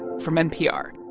from npr